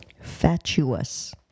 Fatuous